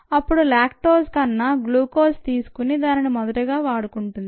అప్పుడు లాక్టోజ్ కన్నా గ్లూకోజ్ తీసుకుని దానిని మొదటగా వాడుకుంటుంది